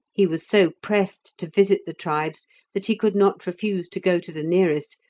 he was so pressed to visit the tribes that he could not refuse to go to the nearest,